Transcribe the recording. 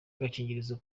agakingirizo